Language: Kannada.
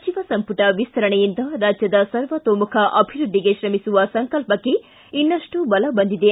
ಸಚಿವ ಸಂಪುಟ ವಿಸ್ತರಣೆಯಿಂದ ರಾಜ್ಯದ ಸರ್ವತೋಮುಖ ಅಭಿವೃದ್ಧಿಗೆ ಶ್ರಮಿಸುವ ಸಂಕಲ್ಪಕ್ಕೆ ಇನ್ನಷ್ಟು ಬಲ ಬಂದಿದೆ